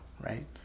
Right